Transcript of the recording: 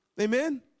Amen